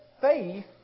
faith